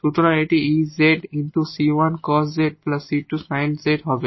সুতরাং এটি 𝑒 𝑧 𝑐1 cos 𝑧 𝑐2 sin 𝑧 হবে